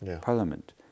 Parliament